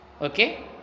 Okay